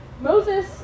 Moses